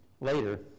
later